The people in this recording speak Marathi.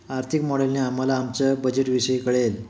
आर्थिक मॉडेलने आम्हाला आमच्या बजेटविषयी कळेल